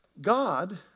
God